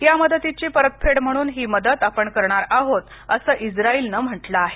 या मदतीची परतफेड म्हणून ही मदत आपण करत आहोत असं इस्रायलनं म्हटलं आहे